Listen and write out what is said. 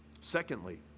Secondly